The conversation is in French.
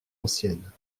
ancienne